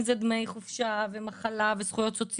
הוספת יום חופשה והסדר להשלמת שעות